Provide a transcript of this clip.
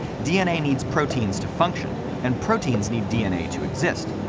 dna needs proteins to function, and proteins need dna to exist.